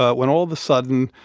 ah when all the sudden,